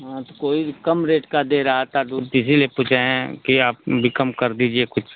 हाँ तो कोई कम रेट का दे रहा था दूध तो इसलिए पूछे हैं कि आप भी कम कर दीजिए कुछ